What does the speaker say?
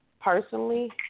personally